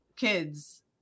kids